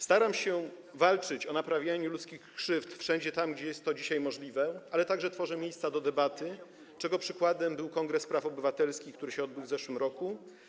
Staram się walczyć o naprawienie ludzkich krzywd wszędzie tam, gdzie jest to dzisiaj możliwe, ale także tworzę miejsca do debaty, czego przykładem był Pierwszy Ogólnopolski Kongres Praw Obywatelskich, który odbył się w zeszłym roku.